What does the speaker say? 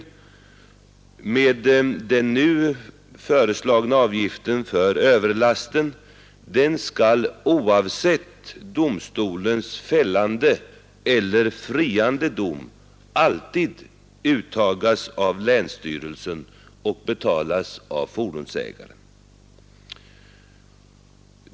Den nu föreslagna avgiften för överlast skall oavsett domstolens fällande eller friande dom alltid uttagas av länsstyrelsen och betalas av fordonsägaren.